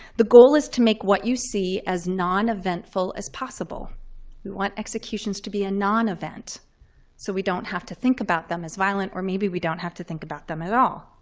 the goal is to make what you see as non-eventful as possible. we want executions to be a non-event so we don't have to think about them as violent, or maybe we don't have to think about them at all.